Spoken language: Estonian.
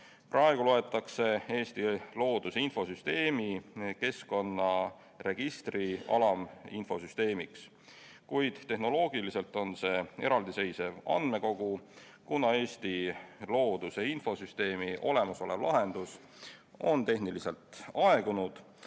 Praegu loetakse Eesti looduse infosüsteemi keskkonnaregistri alaminfosüsteemiks, kuid tehnoloogiliselt on see eraldiseisev andmekogu. Kuna Eesti looduse infosüsteemi olemasolev lahendus on tehniliselt aegunud,